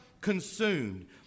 consumed